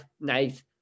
nice